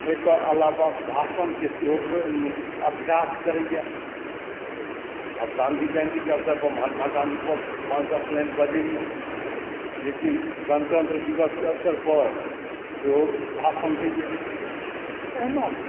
एहिके अलावा भाषणके सेहो प्रे अभ्यास करैए आब गान्धीजयन्तीके अवसर पर महात्मा गाँधीपर पाँच दश लाइन बजैए जेकि गणतन्त्रदिवसके अवसर पर सेहो भाषण देइए एहिना